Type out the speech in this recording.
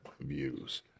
views